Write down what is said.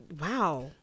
Wow